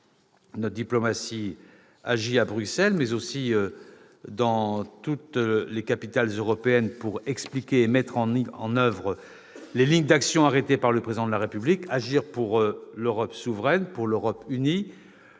Notre diplomatie est active à Bruxelles, mais aussi dans toutes les capitales européennes, pour expliquer et mettre en oeuvre les lignes d'action arrêtées par le Président de la République : agir pour l'Europe souveraine, pour l'Europe unie,